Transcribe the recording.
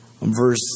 verse